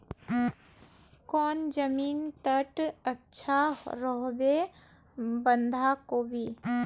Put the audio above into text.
कौन जमीन टत अच्छा रोहबे बंधाकोबी?